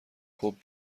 خوب